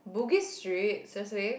Bugis Street seriously